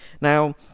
now